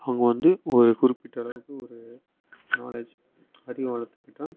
அவங்க வந்து ஒரு குறிப்பிட்ட அளவுக்கு ஒரு நாலேஜ் அறிவை வளர்த்துக்கிட்டா